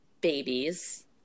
babies